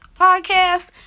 podcast